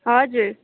हजुर